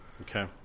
Okay